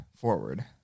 forward